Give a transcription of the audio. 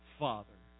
father